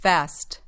Fast